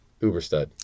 Uberstud